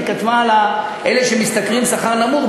היא כתבה על אלה שמשתכרים שכר נמוך,